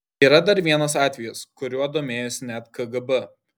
yra dar vienas atvejis kuriuo domėjosi net kgb